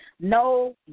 No